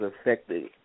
affected